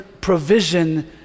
provision